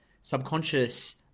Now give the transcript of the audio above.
subconscious